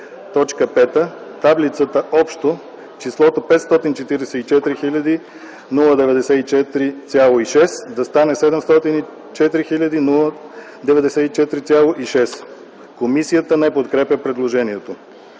таблицата, „Общо”, числото „544 094,6” да стане „704 094,6”. Комисията не подкрепя предложението.